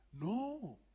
No